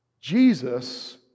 Jesus